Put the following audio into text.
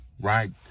right